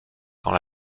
quand